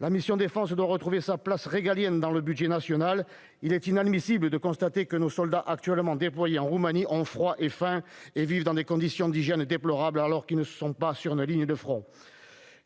La mission « Défense » doit retrouver sa place régalienne dans le budget national. Il est inadmissible de constater que nos soldats actuellement déployés en Roumanie ont froid et faim et vivent dans des conditions d'hygiène déplorables, alors qu'ils ne sont pas sur une ligne de front.